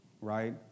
right